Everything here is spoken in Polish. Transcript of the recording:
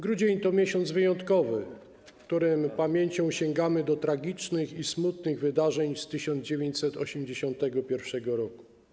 Grudzień to miesiąc wyjątkowy, w którym pamięcią sięgamy do tragicznych i smutnych wydarzeń z 1981 r.